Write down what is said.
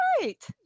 right